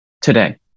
today